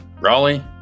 raleigh